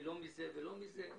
מזה או מזה,